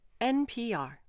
NPR